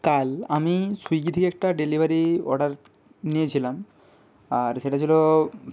কাল আমি স্যুইগি থেকে একটা ডেলিভারি অর্ডার নিয়েছিলাম আর সেটা ছিলো